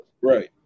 right